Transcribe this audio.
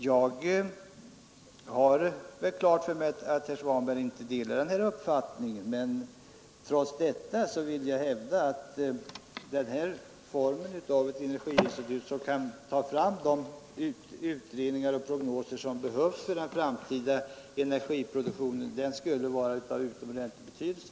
Jag har klart för mig att herr Svanberg inte delar min uppfattning, men trots det vill jag hävda att den formen av energiinstitut, som kan ta fram de utredningar och prognoser som behövs för den framtida energiproduktionen, skulle vara av utomordentlig betydelse.